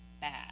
bad